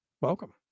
Welcome